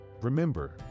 Remember